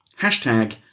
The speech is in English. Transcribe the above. hashtag